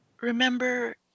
remember